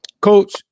coach